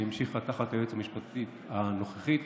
והמשיכה תחת היועצת המשפטית הנוכחית